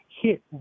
hit